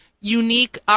unique